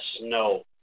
no